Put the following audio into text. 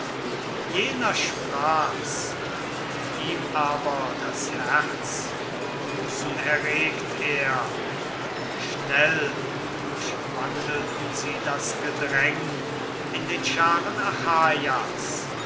jener sprach's ihm aber das herz im busen erregt er schnell durchwandelten sie das gedräng in den scharen